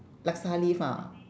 laksa leaf ah